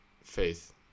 faith